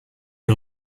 les